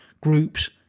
groups